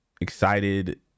excited